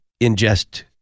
ingest